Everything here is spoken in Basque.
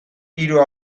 hiru